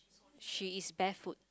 she is barefoot